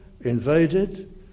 invaded